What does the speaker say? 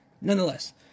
Nonetheless